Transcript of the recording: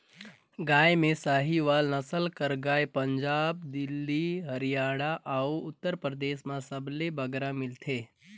गाय में साहीवाल नसल कर गाय पंजाब, दिल्ली, हरयाना अउ उत्तर परदेस में सबले बगरा मिलथे